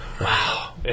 wow